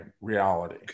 reality